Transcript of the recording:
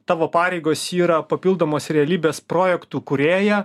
tavo pareigos yra papildomos realybės projektų kūrėja